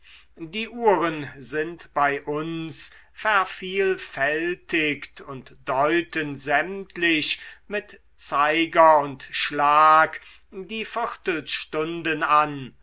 die uhren sind bei uns vervielfältigt und deuten sämtlich mit zeiger und schlag die viertelstunden an